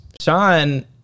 Sean